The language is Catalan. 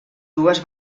dues